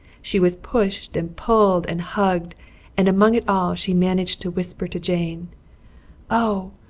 she was pushed and pulled and hugged and among it all she managed to whisper to jane oh,